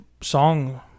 song